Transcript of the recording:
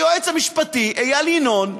היועץ המשפטי, איל ינון,